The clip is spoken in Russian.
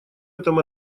этом